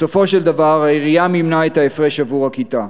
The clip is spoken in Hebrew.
בסופו של דבר העירייה מימנה את ההפרש עבור הכיתה.